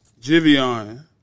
Jivion